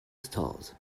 stars